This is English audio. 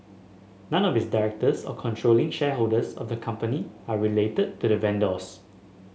none of its directors or controlling shareholders of the company are related to the vendors